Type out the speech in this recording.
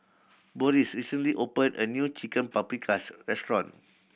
Boris recently opened a new Chicken Paprikas Restaurant